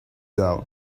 down